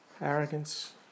arrogance